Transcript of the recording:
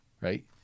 right